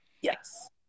Yes